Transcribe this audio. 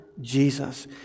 Jesus